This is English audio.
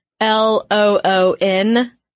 L-O-O-N